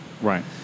Right